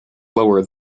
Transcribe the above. lower